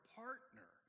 partner